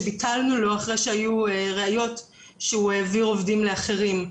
שביטלנו לו אחרי שהיו ראיות שהוא העביר עובדים לאחרים.